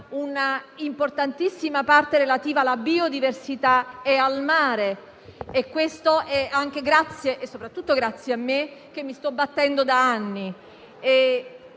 una importantissima parte relativa alla biodiversità e al mare. E questo è anche e soprattutto grazie a me, che mi sto battendo da anni.